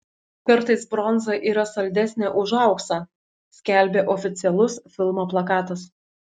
kartais bronza yra saldesnė už auksą skelbė oficialus filmo plakatas